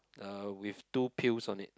uh with two pills on it